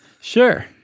Sure